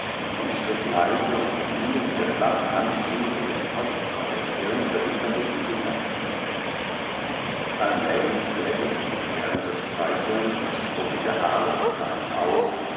und strich leise und linde mit der flachen hand ihm über den kopf von der stirn herüber bis in den nacken allmählich glättete sich während des streichelns das struppige haar des kleinen aus